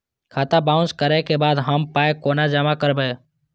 खाता बाउंस करै के बाद हम पाय कोना जमा करबै?